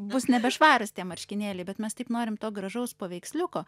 bus nebešvarūs tie marškinėliai bet mes taip norim to gražaus paveiksliuko